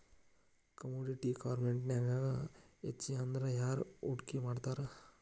Commodity ಮಾರ್ಕೆಟ್ನ್ಯಾಗ್ ಹೆಚ್ಗಿಅಂದ್ರ ಯಾರ್ ಹೂಡ್ಕಿ ಮಾಡ್ತಾರ?